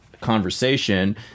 conversation